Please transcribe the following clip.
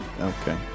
Okay